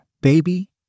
baby